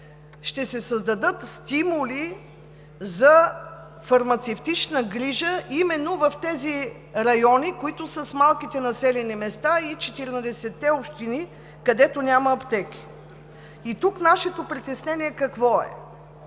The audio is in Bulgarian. ще се създадат стимули за фармацевтична грижа именно в тези райони, които са в малките населени места и 14-те общини, където няма аптеки. Какво е нашето притеснение тук?